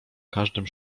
każdym